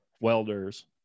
welders